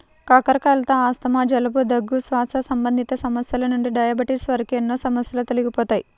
కాకరకాయలతో ఆస్తమా, జలుబు, దగ్గు, శ్వాస సంబంధిత సమస్యల నుండి డయాబెటిస్ వరకు ఎన్నో సమస్యలు తొలగిపోతాయి